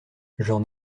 j’en